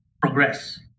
progress